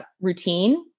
routine